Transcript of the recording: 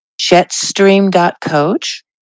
jetstream.coach